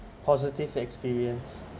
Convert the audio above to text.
positive experience